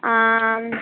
ஆ